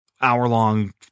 hour-long